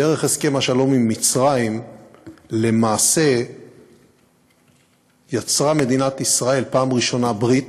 דרך הסכם השלום עם מצרים למעשה יצרה מדינת ישראל בפעם הראשונה ברית,